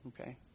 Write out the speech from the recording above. Okay